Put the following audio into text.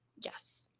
Yes